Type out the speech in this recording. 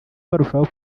barushaho